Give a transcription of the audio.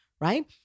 right